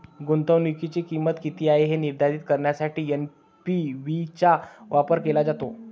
गुंतवणुकीची किंमत किती आहे हे निर्धारित करण्यासाठी एन.पी.वी चा वापर केला जातो